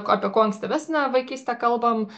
apie kuo ankstyvesnę vaikystę kalbam